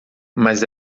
mas